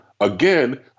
again